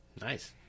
Nice